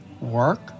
work